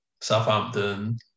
Southampton